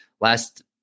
Last